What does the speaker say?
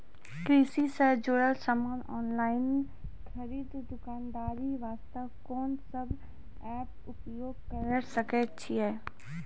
कृषि से जुड़ल समान ऑनलाइन खरीद दुकानदारी वास्ते कोंन सब एप्प उपयोग करें सकय छियै?